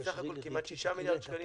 יש בסך הכול כמעט 6 מיליארד שקלים,